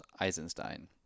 Eisenstein